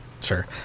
sure